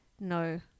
no